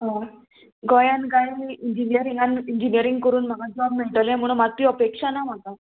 हय गोंयान काय इंजिनियरिंगान इंजिनियरींग करून म्हाका जॉब मेळटलें म्हणून मात्तूय अपेक्षा ना म्हाका